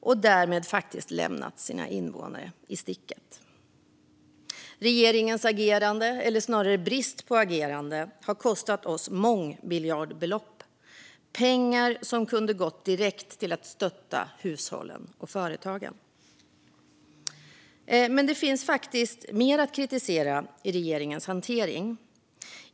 Därmed lämnar man faktiskt sina invånare i sticket. Regeringens agerande, eller snarare brist på agerande, har kostat oss mångmiljardbelopp, pengar som kunde ha gått direkt till att stötta hushållen och företagen. Men det finns faktiskt mer att kritisera i regeringens hantering.